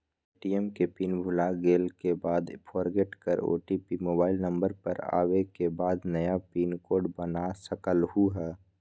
ATM के pin भुलागेल के बाद फोरगेट कर ओ.टी.पी मोबाइल नंबर पर आवे के बाद नया पिन कोड बना सकलहु ह?